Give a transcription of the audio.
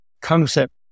concept